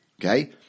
Okay